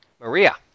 Maria